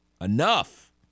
Enough